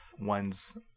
one's